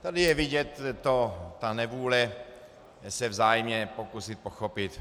Tady je vidět ta nevůle se vzájemně pokusit pochopit.